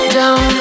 down